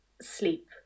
Sleep